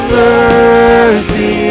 mercy